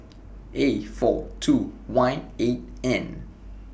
A four two Y eight N